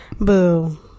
Boo